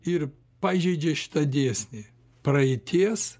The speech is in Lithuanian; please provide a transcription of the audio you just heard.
ir pažeidžia šitą dėsnį praeities